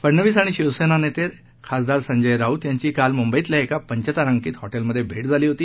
फडणवीस आणि शिवसेना नेते खासदार संजय राऊत यांची काल मुंबईतील एका पंचतारांकित हॉटेलमध्ये भेट झाली होती